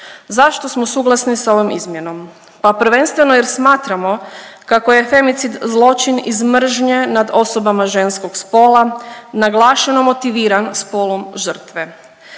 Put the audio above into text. Zašto smo suglasni s ovom izmjenom? Pa prvenstveno jer smatramo kako je femicid zločin iz mržnje nad osobama ženskog spola, naglašeno motiviran spolom žrtve.